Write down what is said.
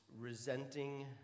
Resenting